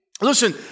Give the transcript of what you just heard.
listen